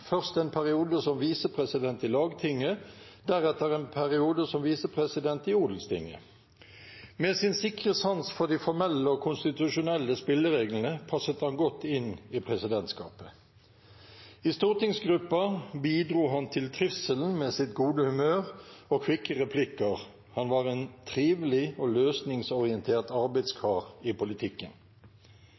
først en periode som visepresident i Lagtinget, deretter en periode som visepresident i Odelstinget. Med sin sikre sans for de formelle og konstitusjonelle spillereglene passet han godt inn i presidentskapet. I stortingsgruppen bidro han til trivselen med sitt gode humør og kvikke replikker. Han var en trivelig og løsningsorientert arbeidskar i politikken.